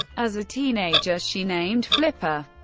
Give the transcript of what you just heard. as a teenager, she named flipper,